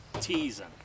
teasing